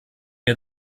wir